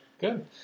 Good